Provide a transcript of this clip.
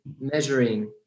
measuring